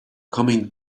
coming